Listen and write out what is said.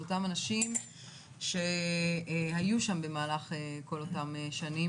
זה אותם אנשים שהיו שם במהלך כל אותם שנים,